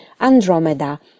andromeda